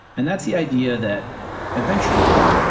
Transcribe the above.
and that's the idea that eventually,